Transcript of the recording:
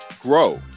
grow